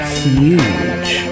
huge